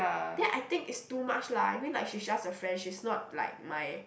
then I think it's too much lah I mean like she's just a friend she's not like my